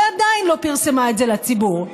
ועדיין לא פרסמה את זה לציבור.